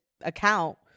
account